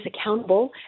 accountable